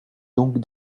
donc